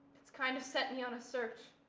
it's kind of set me on a search.